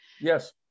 Yes